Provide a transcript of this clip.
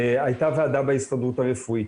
הייתה ועדה בהסתדרות הרפואית,